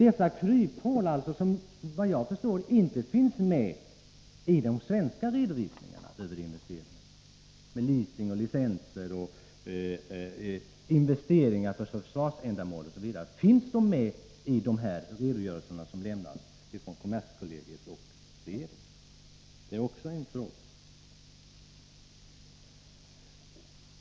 Vad är det som är sanning? Dessa kryphål — leasing, licenser, investeringar för försvarsändamål osv. — finns efter vad jag förstår inte med i de svenska företagens redovisningar över investeringarna. Finns de med i de redogörelser som lämnas från kommerskollegium och regeringen? Det är också en fråga.